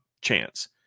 Chance